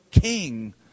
King